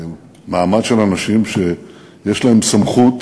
למעמד של אנשים שיש להם סמכות